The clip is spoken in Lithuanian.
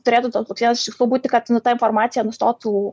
turėtų tokiu tikslu būti kad nu ta informacija nustotų